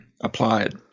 applied